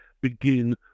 begin